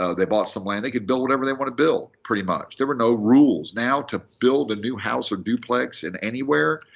ah they bought some land. they could build whatever they want to build, pretty much. there were no rules. now to build a new house, or duplex, in anywhere,